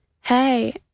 Hey